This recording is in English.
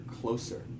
closer